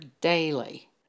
daily